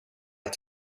att